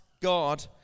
God